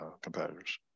competitors